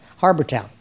Harbortown